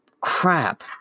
crap